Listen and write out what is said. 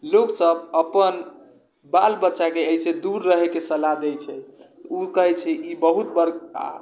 लोकसब अपन बाल बच्चाके एहिसँ दूर रहैके सलाह दै छै ओ कहै छै ई बहुत बड़का